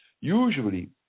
usually